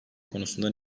konusunda